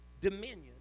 dominion